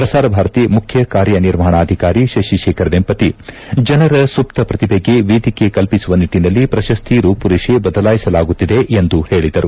ಪ್ರಸಾರ ಭಾರತಿ ಮುಖ್ಯ ಕಾರ್ಯನಿರ್ವಹಣಾಧಿಕಾರಿ ಶಶಿ ಶೇಖರ್ ವೆಂಪತಿ ಜನರ ಸುಪ್ತ ಪ್ರತಿಭೆಗೆ ವೇದಿಕೆ ಕಲ್ಪಿಸುವ ನಿಟ್ಟನಲ್ಲಿ ಪ್ರಶಸ್ತಿ ರೂಪುರೇತೆ ಬದಲಾಯಿಸಲಾಗುತ್ತಿದೆ ಎಂದು ತಿಳಿಸಿದರು